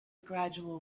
gradual